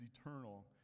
eternal